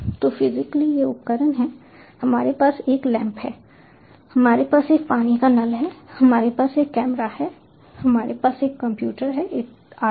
तो फिजिकली ये उपकरण हैं हमारे पास एक लेम्प है हमारे पास एक पानी का नल है हमारे पास एक कैमरा है हमारे पास एक कंप्यूटर है आदि